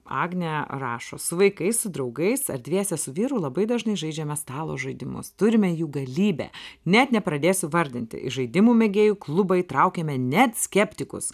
agnė rašo su vaikais su draugais ar dviese su vyru labai dažnai žaidžiame stalo žaidimus turime jų galybę net nepradėsiu vardinti žaidimų mėgėjų klubai įtraukėme net skeptikus